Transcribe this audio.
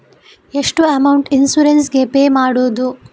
ಎಷ್ಟು amount insurance ಗೇ pay ಮಾಡುವುದು?